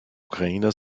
ukrainer